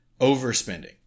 overspending